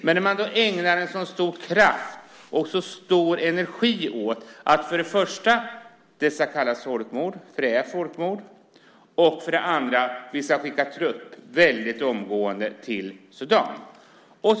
Man ägnade stor kraft och energi åt att det för det första ska kallas folkmord - det är folkmord - och att vi för det andra väldigt omgående ska skicka trupp till Sudan.